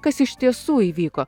kas iš tiesų įvyko